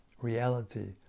reality